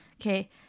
Okay